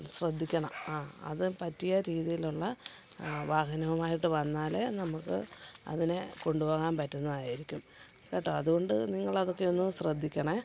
ശ്രദ്ധിക്കണം അത് പറ്റിയ രീതിയിലുള്ള വാഹനവുമായിട്ട് വന്നാൽ നമുക്ക് അതിനെ കൊണ്ടുപോകാൻ പറ്റുന്നതായിരിക്കും കേട്ടോ അതുകൊണ്ട് നിങ്ങളതൊക്കെ ഒന്ന് ശ്രദ്ധിക്കണം